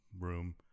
room